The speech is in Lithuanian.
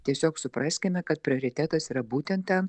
tiesiog supraskime kad prioritetas yra būtent ten